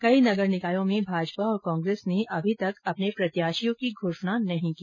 कई नगर निकायों में भाजपा तथा कांग्रेस ने अभी तक अपने प्रत्याशियों की घोषणा नहीं की